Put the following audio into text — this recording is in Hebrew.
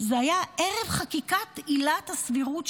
זה היה ערב חקיקת עילת הסבירות,